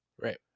Right